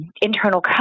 internal